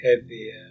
heavier